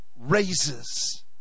raises